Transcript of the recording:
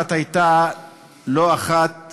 והאורחת הייתה לא אחרת